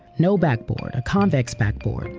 no backboard, a convex backboard,